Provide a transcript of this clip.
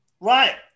Right